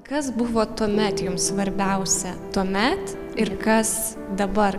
kas buvo tuomet jums svarbiausia tuomet ir kas dabar